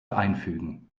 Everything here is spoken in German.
einfügen